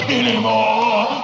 anymore